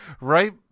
right